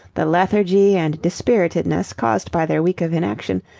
the lethargy and dispiritedness, caused by their week of inaction,